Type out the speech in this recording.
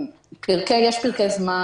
יש פרקי זמן,